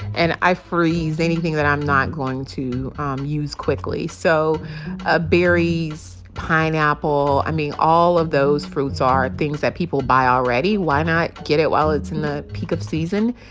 and i freeze anything that i'm not going to um use quickly. so ah berries, pineapple i mean, all of those fruits are things that people buy already. why not get it while it's in the peak of season?